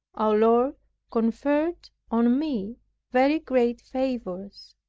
our lord conferred on me very great favors.